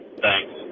Thanks